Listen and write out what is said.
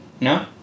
No